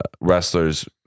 wrestlers